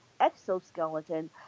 exoskeleton